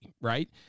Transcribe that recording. right